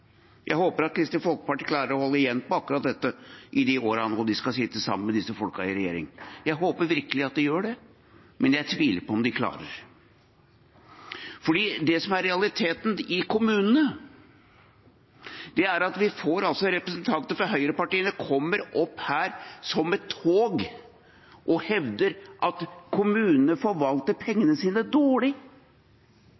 Jeg mistenker dem for det. Jeg håper Kristelig Folkeparti klarer å holde igjen på akkurat dette i de årene de skal sitte sammen med disse folka i regjering. Jeg håper virkelig de gjør det, men jeg tviler på at de klarer det. Realiteten er at vi får representanter fra høyrepartiene som kommer opp her som et tog og hevder at kommunene forvalter